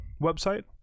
website